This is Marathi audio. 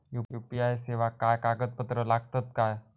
यू.पी.आय सेवाक काय कागदपत्र लागतत काय?